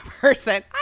person